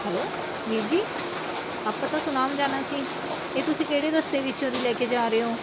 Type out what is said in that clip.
hello ਵੀਰ ਜੀ ਆਪਾਂ ਤਾਂ ਸੁਨਾਮ ਜਾਣਾ ਸੀ ਇਹ ਤੁਸੀਂ ਕਿਹੜੇ ਰਸਤੇ ਵਿੱਚੋਂ ਦੀ ਲੈ ਕੇ ਜਾ ਰਹੇ ਹੋ